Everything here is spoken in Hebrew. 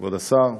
כבוד השר,